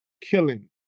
killing